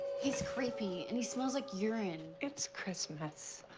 he's creepy and he smells like urine. it's christmas.